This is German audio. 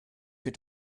wird